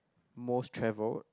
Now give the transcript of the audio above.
most travelled